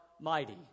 mighty